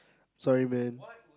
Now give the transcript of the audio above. sorry man